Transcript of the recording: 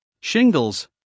shingles